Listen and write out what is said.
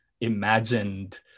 imagined